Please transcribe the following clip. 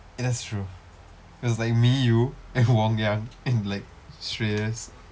eh that's true it was like me you and wong yang and like shreyas